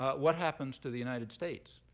what happens to the united states?